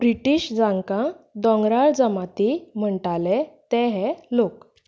British जांकां दोंगराळ जमाती म्हणटाले ते हे लोक